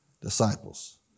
disciples